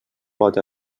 pot